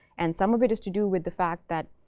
and some of it has to do with the fact that,